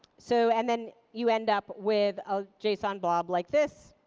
so and then, you end up with a json blob like this.